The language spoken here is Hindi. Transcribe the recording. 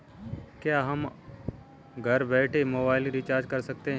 क्या हम घर बैठे मोबाइल रिचार्ज कर सकते हैं?